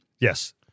Yes